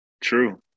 true